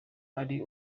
ari